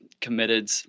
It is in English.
committed